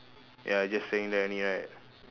ya he just standing there only right